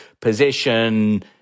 position